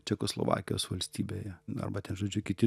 čekoslovakijos valstybėje na arba ten žodžiu kiti